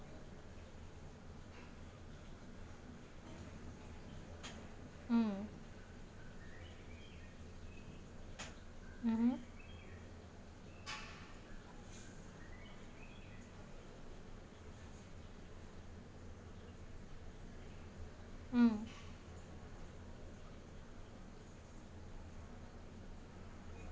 um mmhmm um